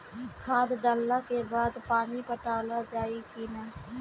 खाद डलला के बाद पानी पाटावाल जाई कि न?